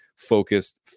focused